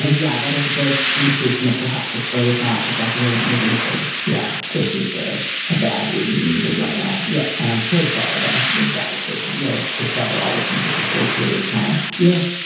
ah yeah. that is a good indication that perhaps the story is not exactly the one that you're being told. yeah, this is ah a bad dude. and you need to run away. yeah. and i'm so sorry. that must have been devastating. yeah. discover all this in such a short period of time. yeah.